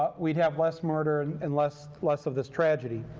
but we'd have less murder and and less less of this tragedy.